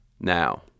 Now